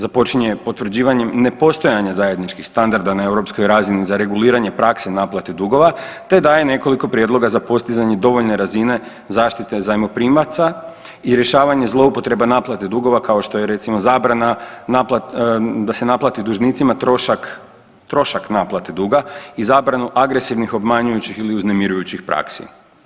Započinje potvrđivanjem nepostojanja zajedničkih standarda na europskoj razini za reguliranje prakse naplate dugova te daje nekoliko prijedloga za postizanje dovoljne razine zaštite zajmoprimaca i rješavanje zloupotreba naplate dugova kao što je recimo, zabrana da se naplati dužnicima trošak naplate duga i zabranu agresivnih, obmanjujućih ili uznemirujućih praksi.